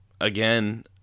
Again